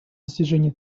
достижения